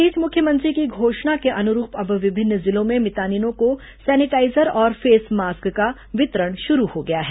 इस बीच मुख्यमंत्री की घोषणा के अनुरूप अब विभिन्न जिलों में मितानिनों को सैनिटाईजर और फेस मास्क का वितरण शुरू हो गया है